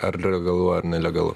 ar legalu ar nelegalu